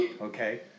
okay